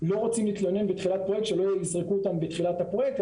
לא רוצים להתלונן בתחילת פרוייקט שלא יזרקו אותם בתחילת הפרוייקט,